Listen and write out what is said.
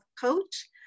Coach